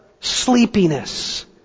sleepiness